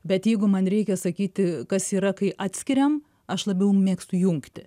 bet jeigu man reikia sakyti kas yra kai atskiriam aš labiau mėgstu jungti